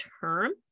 term